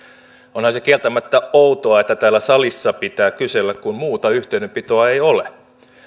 onhan se kieltämättä outoa että täällä salissa pitää kysellä kun muuta yhteydenpitoa ei ole